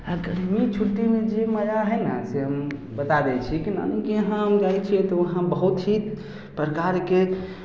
आ गर्मी छुट्टीमे जे मजा हइ ने से हम बता दै छी नानीके यहाँ हम जाइ छियै तऽ वहाँ बहुत ही प्रकारके